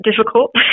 difficult